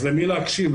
אז למי להקשיב,